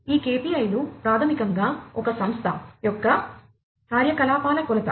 ఈ KPI లు ప్రాథమికంగా ఒక సంస్థ యొక్క కార్యకలాపాల కొలత